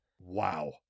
Wow